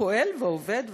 פועל ועובד,